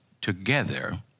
together